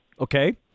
okay